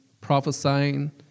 prophesying